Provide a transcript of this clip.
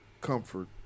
comfort